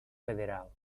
federal